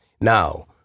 Now